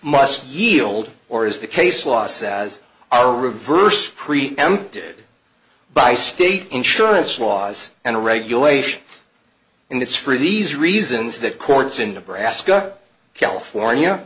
must yield or as the case law says a reverse preempted by state insurance laws and regulations and it's for these reasons that courts in nebraska california